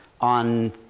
on